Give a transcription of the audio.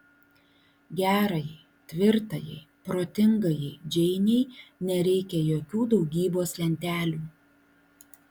gerajai tvirtajai protingajai džeinei nereikia jokių daugybos lentelių